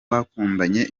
bakundanye